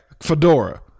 fedora